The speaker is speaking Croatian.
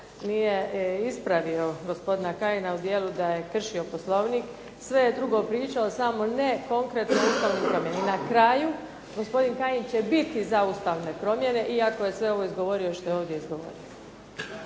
nije ispravio gospodina Kajina u dijelu da je kršio Poslovnik. Sve je drugo pričao samo ne konkretno o ustavnim promjenama. I na kraju gospodin Kajin će biti za Ustavne promjene iako je sve izgovorio što je ovdje izgovorio.